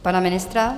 Pana ministra?